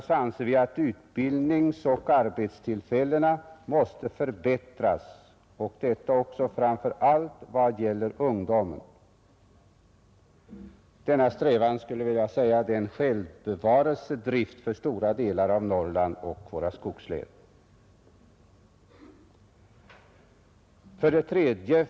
Vi anser att utbildningsoch arbetstillfällena måste förbättras, framför allt vad gäller ungdomen. Denna strävan är ett uttryck för en självbevarelsedrift i stora delar av Norrland och våra skogslän. 3.